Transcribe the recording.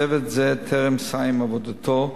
צוות זה טרם סיים עבודתו,